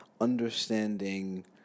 understanding